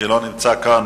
שאינו נמצא כאן,